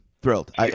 Thrilled